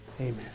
Amen